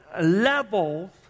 levels